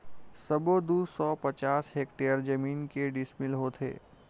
सबो दू सौ पचास हेक्टेयर जमीन के डिसमिल होथे?